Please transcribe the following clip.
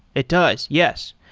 it does. yes.